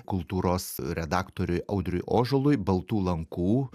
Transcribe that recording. kultūros redaktoriui audriui ožolui baltų lankų